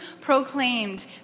proclaimed